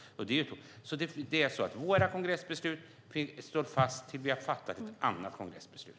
Våra kongressbeslut står fast tills vi har fattat ett annat kongressbeslut.